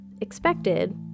expected